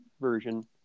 version